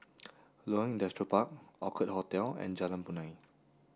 Loyang Industrial Park Orchid Hotel and Jalan Punai